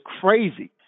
crazy